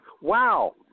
Wow